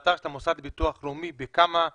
באתר של ביטוח לאומי ואני לא